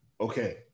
okay